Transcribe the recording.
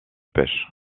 pêche